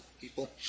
people